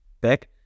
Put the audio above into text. back